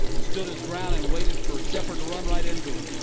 stood his ground and waited for sheppard to run right into him.